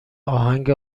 آهنگ